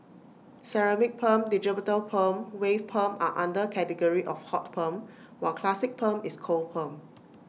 ceramic perm digital perm wave perm are under category of hot perm while classic perm is cold perm